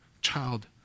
child